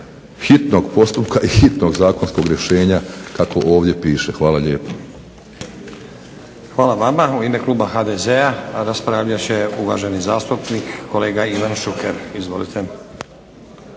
hitnog postupka, hitnog zakonskog rješenja kako ovdje piše. Hvala lijepa. **Stazić, Nenad (SDP)** Hvala vama. U ime kluba HDZ-a raspravljat će uvaženi zastupnik kolega Ivan Šuker. Izvolite.